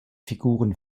figuren